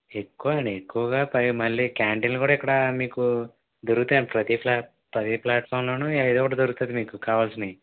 ఎక్కువండి ఎక్కువగా పైగా మళ్ళి క్యాంటీన్లు కూడ ఇక్కడ మీకు దొరుకుతాయండీ ప్రతి ప్లాట్ ప్రతీ ప్లాట్ఫార్మ్లోను ఏదోటి దొరుకుతుంది మీకు కావల్సినవి